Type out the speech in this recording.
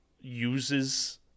uses